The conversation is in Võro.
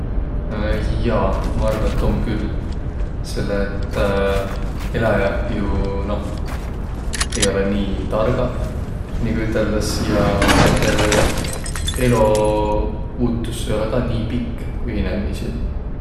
Jaa, ma arva, et om küll, selle et eläjäq jo noh, ei olõq nii targaq, nigu üteldäs, ja näide elouutus ka ei olõq nii pikk, ku inemiisil.